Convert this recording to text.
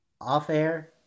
off-air